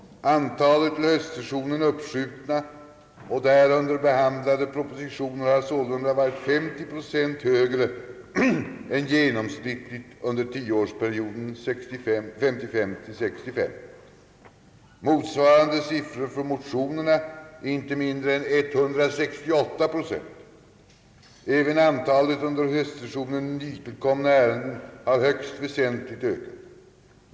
Antalet till höstsessionen uppskjutna och därunder behandlade propositioner har sålunda varit 50 procent högre än genomsnittligt under perioden 1955—1965. Motsvarande siffra för motionerna är inte mindre än 168 procent. även antalet under höstsessionen nytillkomna ärenden har högst väsentligt ökat.